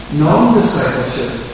non-discipleship